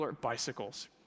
bicycles